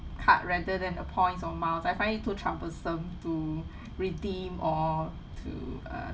card rather than the points or miles I find it too troublesome to redeem or to uh